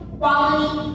quality